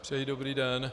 Přeji dobrý den.